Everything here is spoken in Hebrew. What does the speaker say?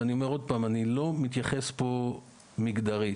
אני לא מתייחסת מגדרית.